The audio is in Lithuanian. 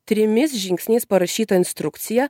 trimis žingsniais parašyta instrukcija